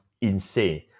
insane